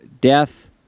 death